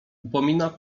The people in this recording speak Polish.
upomina